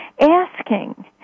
asking